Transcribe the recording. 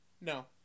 no